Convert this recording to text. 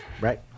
Right